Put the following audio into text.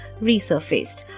resurfaced